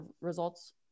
results